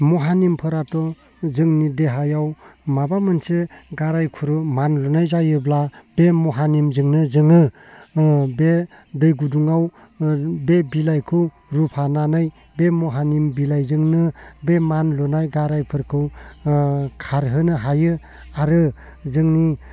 महानिमफोराथ' जोंनि देहायाव माबा मोनसे गाराय खुरु मानलुनाय जायोब्ला बे महानिमजोंनो जोङो बे दै गुदुङाव बे बिलाइखौ रुफानानै बे महानिम बिलाइजोंनो बे मानलुनाय गारायफोरखौ खारहोनो हायो आरो जोंनि